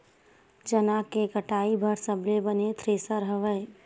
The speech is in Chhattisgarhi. चना के कटाई बर सबले बने थ्रेसर हवय?